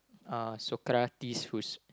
uh Sokratis who's